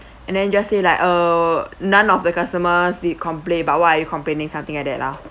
and then just say like uh none of the customers did complain about why are you complaining something like that lah